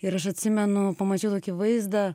ir aš atsimenu pamačiau tokį vaizdą